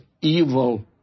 evil